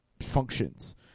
functions